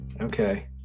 Okay